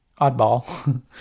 oddball